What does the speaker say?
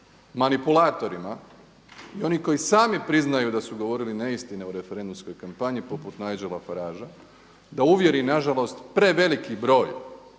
manipulatorima i oni koji sami priznaju da su govorili neistina u referendumskoj kampanji poput Nigela Paragea da uvjeri na žalost preveliki broj